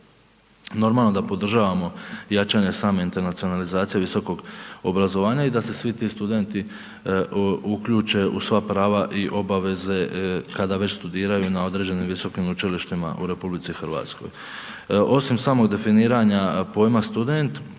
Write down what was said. Normalno da podržavamo jačanje same internacionalizacije visokog obrazovanja i da se svi ti studenti uključe u sva prava i obaveze kada već studiraju na određenim visokim učilištima u RH. Osim samog definiranja pojma student,